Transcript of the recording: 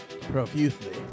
profusely